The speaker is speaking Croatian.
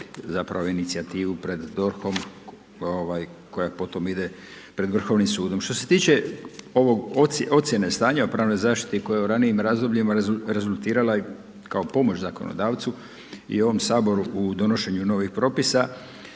zapravo inicijativu pred DORH-om ova koja potom ide pred Vrhovnim sudom. Što se tiče ovog ocjene stanja o pravnoj zaštiti koja je u ranijim razdobljima rezultirala i kao pomoć zakonodavcu i ovom saboru u donošenju novih propisa